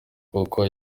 koko